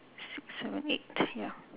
six seven eight ya